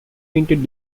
painted